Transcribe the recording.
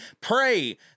pray